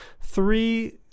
three